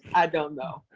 i don't know.